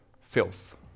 Filth